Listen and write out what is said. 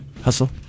Hustle